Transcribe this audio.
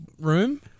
room